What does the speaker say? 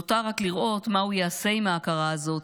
נותר רק לראות מה הוא יעשה עם ההכרה הזאת,